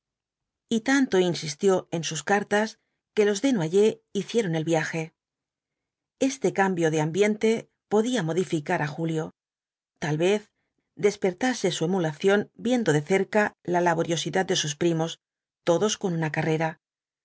y tanto insistió en sus cartas que los desnoyers hicieron el viaje este cambio de ambiente podía modificar á julio tal vez despertase su emulación viendo de cerca la laboriosidad de sus primos todos con una carrera